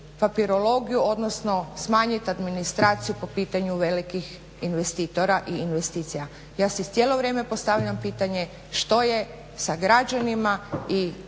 papirologiju, odnosno smanjit administraciju po pitanju velikih investitora i investicija. Ja si cijelo vrijeme postavljam pitanje što je sa građanima i